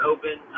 Open